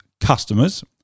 customers